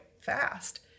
fast